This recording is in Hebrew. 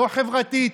לא חברתית,